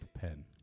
pen